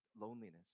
loneliness